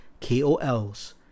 KOLs